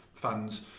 Fans